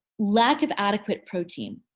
lack of adequate protein.